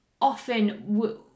often